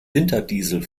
winterdiesel